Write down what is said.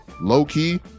low-key